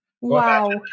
Wow